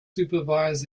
supervise